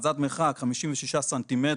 אז עד מרחק 56 סנטימטרים,